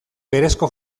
berezko